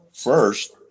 First